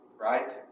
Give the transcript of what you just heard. right